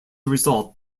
result